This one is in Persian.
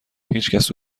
هیچکس